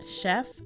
chef